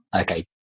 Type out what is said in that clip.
okay